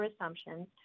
assumptions